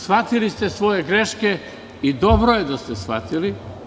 Shvatili ste svoje greške, i dobro je da ste shvatili.